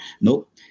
Nope